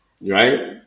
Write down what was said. Right